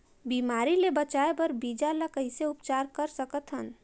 बिमारी ले बचाय बर बीजा ल कइसे उपचार कर सकत हन?